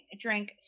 drank